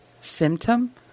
symptom